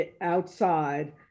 outside